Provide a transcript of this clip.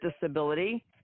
Disability